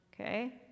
Okay